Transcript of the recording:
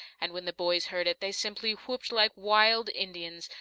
and when the boys heard it they simply whooped like wild indians,